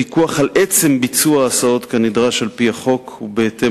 פיקוח על עצם ביצוע ההסעות כנדרש על-פי החוק ובהתאם